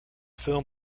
film